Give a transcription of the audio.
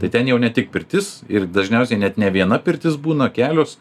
tai ten jau ne tik pirtis ir dažniausiai net ne viena pirtis būna kelios